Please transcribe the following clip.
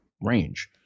range